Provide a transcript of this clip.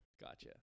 Gotcha